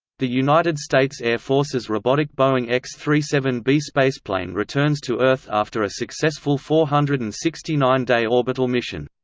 the united states air force's robotic boeing x thirty seven b spaceplane returns to earth after a successful four hundred and sixty nine day orbital mission.